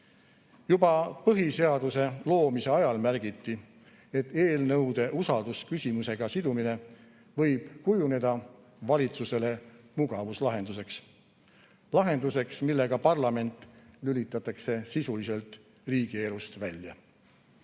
põhiseaduse loomise ajal märgiti, et eelnõude usaldusküsimusega sidumine võib kujuneda valitsusele mugavuslahenduseks – lahenduseks, millega parlament lülitatakse sisuliselt riigielust välja.